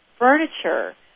Furniture